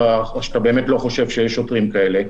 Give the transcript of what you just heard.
שאתה באמת לא חושב שיש שוטרים כאלה.